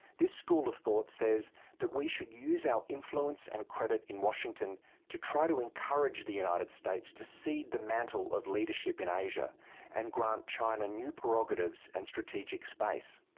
this school of thought says that we should use our influence and credit in washington to try to encourage the united states to cede the mantle of leadership in asia and grant china new prerogatives and strategic space.